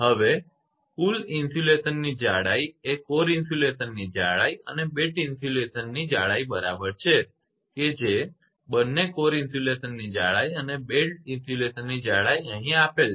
હવે કુલ ઇન્સ્યુલેશનની જાડાઈ એ કોર ઇન્સ્યુલેશનની જાડાઈ અને બેલ્ટ ઇન્સ્યુલેશનની જાડાઈ બરાબર હોય છે કે જે બંને કોર ઇન્સ્યુલેશનની જાડાઈ અને બેલ્ટ ઇન્સ્યુલેશનની જાડાઈ અહીં આપેલ છે